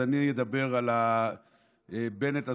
אני אדבר על בנט הזה,